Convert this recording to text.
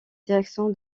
direction